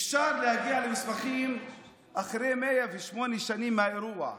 אפשר להגיע למסמכים אחרי 108 שנים מהאירוע,